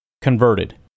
converted